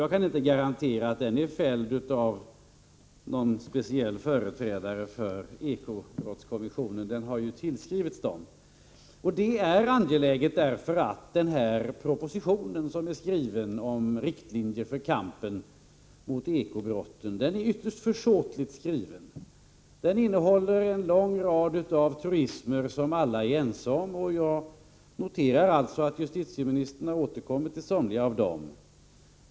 Jag kan inte garantera att uttalandet har gjorts av någon speciell företrädare för eko-brottskommissionen, men det har tillskrivits den. Det är angeläget därför att propositionen om riktlinjer för kampen mot eko-brotten är ytterst försåtligt skriven. Den innehåller en lång rad truismer som alla är överens om. Jag noterar att justitieministern har återkommit till somliga av dem.